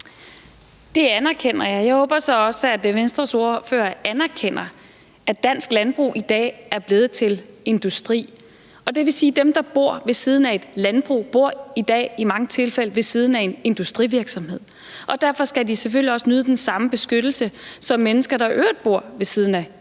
Det anerkender jeg. Jeg håber så også, at Venstres ordfører anerkender, at dansk landbrug i dag er blevet til industri. Det vil sige, at dem, der bor ved siden af et landbrug i dag, i mange tilfælde bor ved siden af en industrivirksomhed, og derfor skal de selvfølgelig også nyde den samme beskyttelse som mennesker, der i øvrigt bor ved siden af industrivirksomheder.